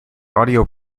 audio